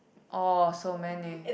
oh so many